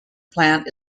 plant